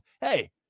Hey